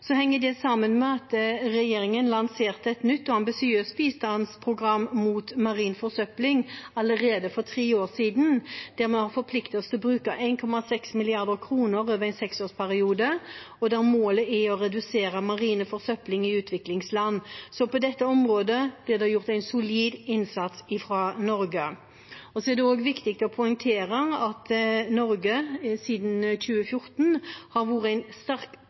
henger det sammen med at regjeringen lanserte et nytt og ambisiøst bistandsprogram mot marin forsøpling allerede for tre år siden, der vi har forpliktet oss til å bruke 1,6 mrd. kr over en seksårsperiode, og der målet er å redusere marin forsøpling i utviklingsland. På dette området blir det gjort en solid innsats fra Norge. Det er også viktig å poengtere at Norge siden 2014 har vært en sterk